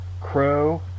Crow